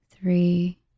three